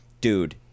Dude